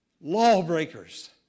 lawbreakers